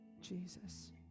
Jesus